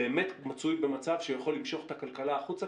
באמת מצוי במצב שיכול למשוך את הכלכלה החוצה,